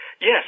Yes